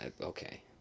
Okay